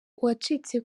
uwacitse